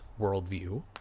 worldview